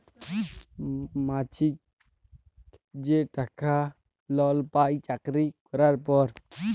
মাছিক যে টাকা লক পায় চাকরি ক্যরার পর